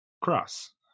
Cross